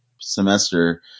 semester